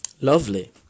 Lovely